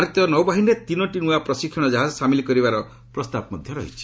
ଭାରତୀୟ ନୌବାହିନୀରେ ତିନୋଟି ନ୍ତ୍ରଆ ପ୍ରଶିକ୍ଷଣ ଜାହାଜ ସାମିଲ କରିବାର ପ୍ରସ୍ତାବ ମଧ୍ୟ ରହିଛି